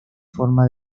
forma